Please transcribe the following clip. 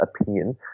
opinion